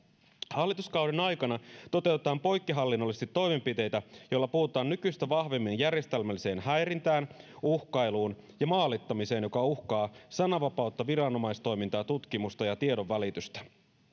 hallituskauden aikana toteutetaan poikkihallinnollisesti toimenpiteitä joilla puututaan nykyistä vahvemmin järjestelmälliseen häirintään uhkailuun ja maalittamiseen joka uhkaa sananvapautta viranomaistoimintaa tutkimusta ja tiedonvälitystä